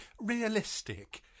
realistic